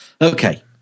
okay